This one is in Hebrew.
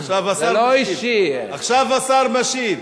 עכשיו השר משיב.